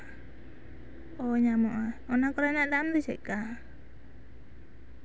ᱳ ᱧᱟᱢᱚᱜᱼᱟ ᱚᱱᱟ ᱠᱚᱨᱮᱱᱟᱜ ᱫᱟᱢ ᱫᱚ ᱪᱮᱫᱞᱮᱠᱟ